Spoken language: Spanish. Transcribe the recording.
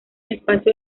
espacio